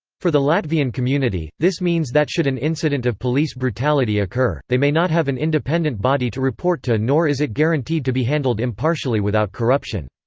for the latvian community, this means that should an incident of police brutality occur, they may not have an independent body to report to nor is it guaranteed to be handled impartially without corruption.